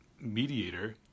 mediator